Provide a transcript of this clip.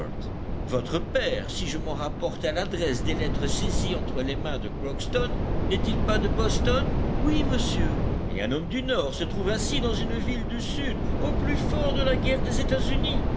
votre père si je m'en rapporte à l'adresse des lettres saisies entre les mains de crockston n'est-il pas de boston oui monsieur et un homme du nord se trouve ainsi dans une ville du sud au plus fort de la guerre des